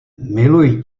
miluji